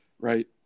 Right